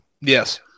Yes